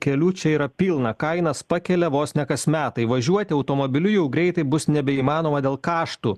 kelių čia yra pilna kainas pakelia vos ne kas metai važiuoti automobiliu jau greitai bus nebeįmanoma dėl kaštų